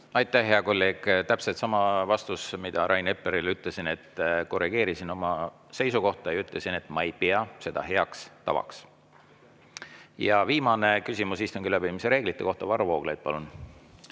Aitäh, hea kolleeg! Täpselt sama vastus, mida Rain Eplerile ütlesin. Korrigeerisin oma seisukohta ja ütlesin, et ma ei pea seda heaks tavaks. Ja viimane küsimus istungi läbiviimise reeglite kohta. Varro Vooglaid, palun!